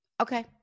Okay